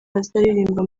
bazaririmba